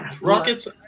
Rockets